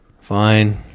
fine